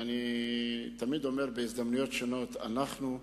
אני תמיד אומר, בהזדמנויות שונות: אנחנו,